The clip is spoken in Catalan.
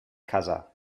casa